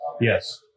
Yes